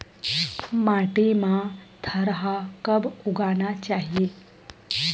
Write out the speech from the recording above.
माटी मा थरहा कब उगाना चाहिए?